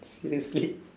seriously